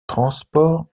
transport